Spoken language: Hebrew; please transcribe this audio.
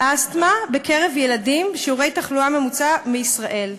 אסתמה בקרב ילדים משיעור התחלואה הממוצע בישראל.